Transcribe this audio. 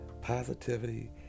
positivity